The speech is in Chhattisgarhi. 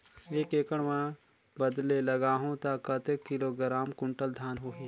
एक एकड़ मां बदले लगाहु ता कतेक किलोग्राम कुंटल धान होही?